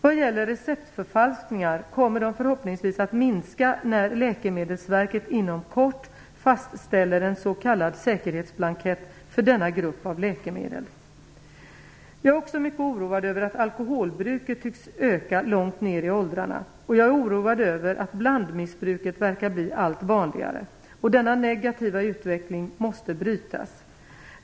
Vad gäller receptförfalskningar kommer de förhoppningsvis att minska när Läkemedelsverket inom kort fastställer en s.k. säkerhetsblankett för denna grupp av läkemedel. Jag är också mycket oroad över att alkoholbruket tycks öka långt ner i åldrarna. Jag är oroad över att blandmissbruket verkar bli allt vanligare. Denna negativa utveckling måste brytas.